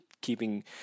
keeping